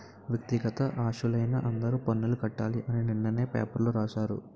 వ్యక్తిగత ఆస్తులైన అందరూ పన్నులు కట్టాలి అని నిన్ననే పేపర్లో రాశారు